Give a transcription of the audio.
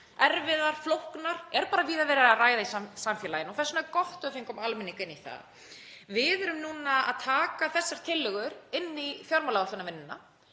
erfiðar, flóknar en er víða verið að ræða í samfélaginu. Þess vegna er gott að við fengum almenning inn í það. Við erum núna að taka þessar tillögur inn í fjármálaáætlunarvinnuna.